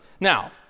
now